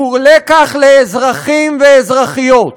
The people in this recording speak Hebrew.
הוא לקח לאזרחים ולאזרחיות,